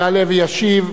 יעלה וישיב.